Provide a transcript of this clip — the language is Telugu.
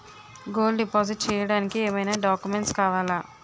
గోల్డ్ డిపాజిట్ చేయడానికి ఏమైనా డాక్యుమెంట్స్ కావాలా?